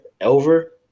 over